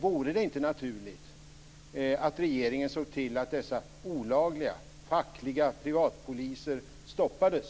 Vore det inte naturligt att regeringen såg till att dessa olagliga fackliga privatpoliser stoppades?